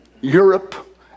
Europe